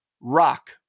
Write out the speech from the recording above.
rock